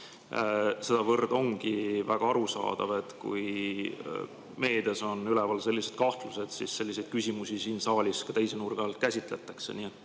Seetõttu ongi väga arusaadav, et kui meedias on üleval mingid kahtlused, siis selliseid küsimusi siin saalis ka teise nurga alt käsitletakse.